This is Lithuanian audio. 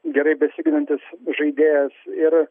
gerai besiginantis žaidėjas ir